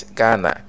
Ghana